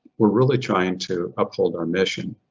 we're really trying to uphold our mission.